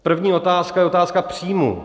První otázka je otázka příjmů.